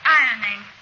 ironing